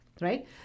right